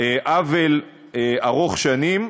עוול ארוך-שנים,